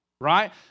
right